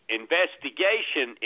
investigation